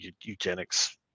eugenics